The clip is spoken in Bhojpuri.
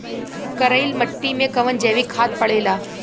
करइल मिट्टी में कवन जैविक खाद पड़ेला?